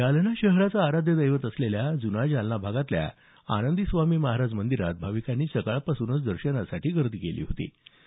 जालना शहराचं आराध्य दैवत असलेल्या जुना जालना भागातल्या आनंदीस्वामी महाराज मंदिरात भाविकांनी सकाळपासून दर्शनासाठी रांगा लावल्या होत्या